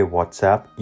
WhatsApp